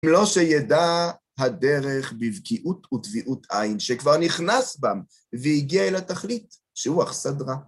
לא שידע הדרך בבקיעות ותביעות עין, שכבר נכנס בם והגיע אל התכלית שהוא אכסדרה.